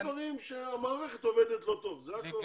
יש דברים שהמערכת עובדת לא טוב, זה הכול.